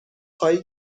خواهی